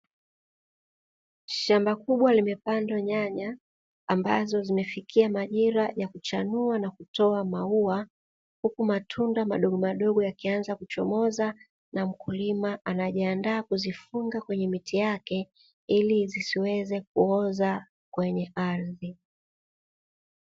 Shamba kubwa limepandwa nyanya ambazo zimefikia majira ya kuchanua na kutoa maua huku matunda madogomadogo yakianza kuchomoza na mkulima anajiandaa kuzifunga kwenye miti yake ili zisiweze kuoza kwenye ardhi.